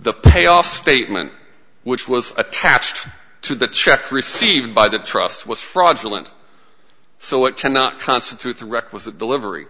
the payoff statement which was attached to the check received by the trust was fraudulent so it cannot constitute the requisite delivery